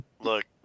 look